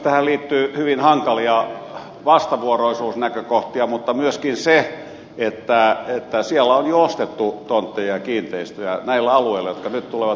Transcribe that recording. tähän liittyy hyvin hankalia vastavuoroisuusnäkökohtia mutta myöskin se että näillä alueilla jotka nyt tulevat kielletyiksi on jo ostettu tontteja ja kiinteistöjä